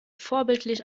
vorbildlich